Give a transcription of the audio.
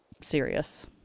serious